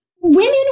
women